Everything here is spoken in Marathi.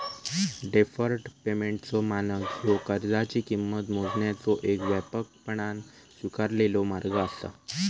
डेफर्ड पेमेंटचो मानक ह्यो कर्जाची किंमत मोजण्याचो येक व्यापकपणान स्वीकारलेलो मार्ग असा